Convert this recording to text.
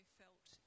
felt